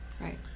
right